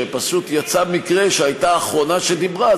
שפשוט יצא מקרה שהייתה האחרונה שדיברה,